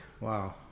wow